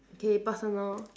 K personal